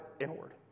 inward